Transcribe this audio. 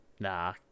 Nah